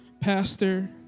Pastor